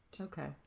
Okay